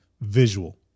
visual